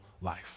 life